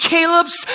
Caleb's